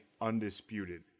undisputed